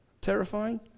terrifying